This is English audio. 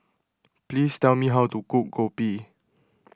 please tell me how to cook Kopi